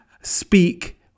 speak